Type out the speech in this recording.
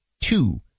two